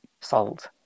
Salt